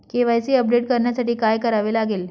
KYC update करण्यासाठी काय करावे लागेल?